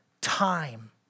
time